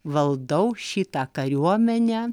valdau šitą kariuomenę